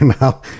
now